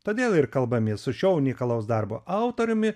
todėl ir kalbamės su šio unikalaus darbo autoriumi